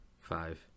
five